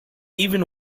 even